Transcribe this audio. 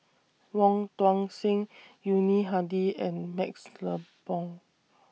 Wong Tuang Seng Yuni Hadi and MaxLe Blond